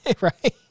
Right